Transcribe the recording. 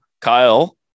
Kyle